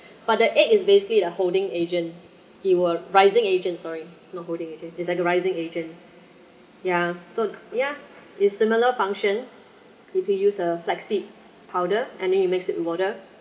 but the egg is basically the holding agent it were rising agent sorry not holding agent it's like rising agent yeah so yeah it's similar function if you use a black seed powder and then you mix it in water